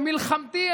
מלחמתי.